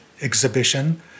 Exhibition